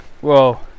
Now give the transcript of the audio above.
Whoa